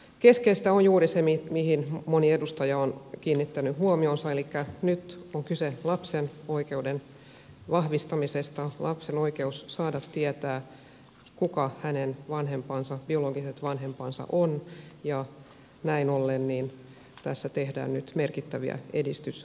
keskeistä on juuri se mihin moni edustaja on kiinnittänyt huomionsa elikkä nyt on kyse lapsen oikeuden vahvistamisesta lapsen oikeudesta saada tietää ketkä hänen biologiset vanhempansa ovat ja näin ollen tässä tehdään nyt merkittäviä edistysaskeleita